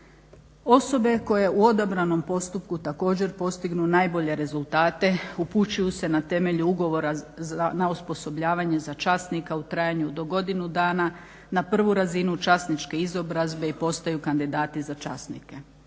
Osobe koje su u odabranom postupku također postignu najbolje rezultate upućuju se na temelju ugovora na osposobljavanje za časnika u trajanju do godinu dana, na prvu razinu časničke izobrazbe i postaju kandidati za časnike.